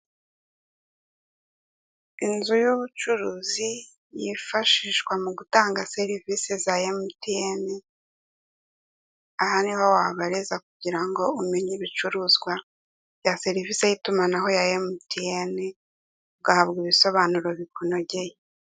Inzu y'ubucuruzi yifashishwa mu gutanga serivisi za mtn aha niho wabareza kugira ngo umenye ibicuruzwa bya serivisi y'itumanaho ya MTN ugahabwa ibisobanuro bikunogeye.